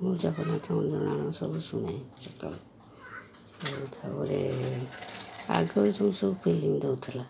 ମୁଁ ଜଗନ୍ନାଥ ଜଣାଣ ସବୁ ଶୁଣେ ସକାଳେ ତାପରେ ଆଗରୁ ଯେଉଁ ସବୁ ଫିଲିମ୍ ଦେଉଥିଲା